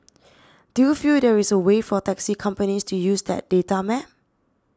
do you feel there is a way for taxi companies to use that data map